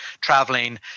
traveling